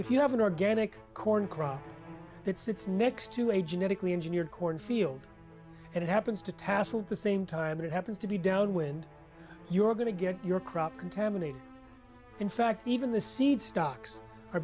if you have an organic corn crop that sits next to a genetically engineered corn field and it happens to tasseled the same time that it happens to be downwind you're going to get your crop contaminated in fact even the seed stocks are